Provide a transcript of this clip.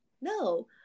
No